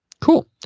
Cool